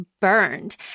burned